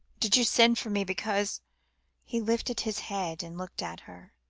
did you send for me because he lifted his head and looked at her.